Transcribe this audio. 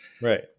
Right